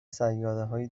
سیارههای